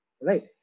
right